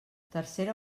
tercera